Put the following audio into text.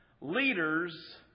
Leaders